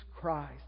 Christ